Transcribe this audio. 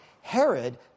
Herod